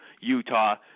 Utah